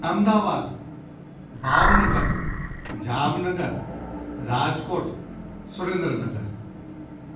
Ahmedabad Bhavnagar Jamnagar Rajkot Surendranagar